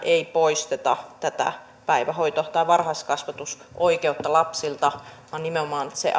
ei poisteta tätä päivähoito tai varhaiskasvatusoikeutta lapsilta vaan se